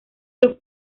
los